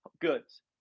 goods